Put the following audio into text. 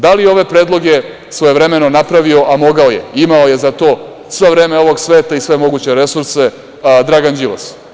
Da li ove predloge svojevremeno napravio, a mogao je, imao je za to sve vreme ovog sveta i sve moguće resurse Dragan Đilas?